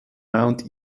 mount